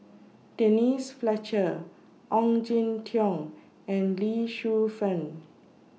Denise Fletcher Ong Jin Teong and Lee Shu Fen